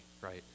right